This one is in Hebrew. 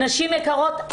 נשים יקרות,